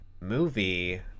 movie